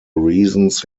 reasons